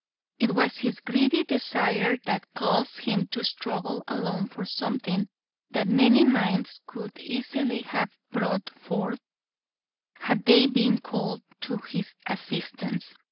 it was his greedy desire that caused him to struggle alone for something that many minds could easily have brought forth had they been called to his assistance.